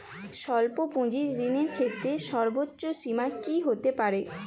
স্বল্প পুঁজির ঋণের ক্ষেত্রে সর্ব্বোচ্চ সীমা কী হতে পারে?